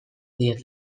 diet